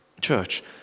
Church